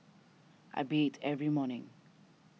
I bathe every morning